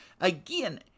Again